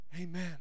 Amen